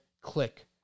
click